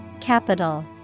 Capital